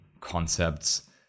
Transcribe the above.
concepts